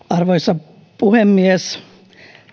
arvoisa puhemies